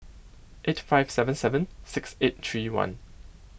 eight five seven seven six eight three one